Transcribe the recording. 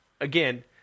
again